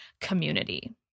community